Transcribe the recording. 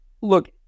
Look